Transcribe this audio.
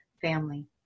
family